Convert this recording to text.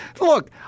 look